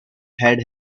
had